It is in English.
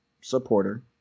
supporter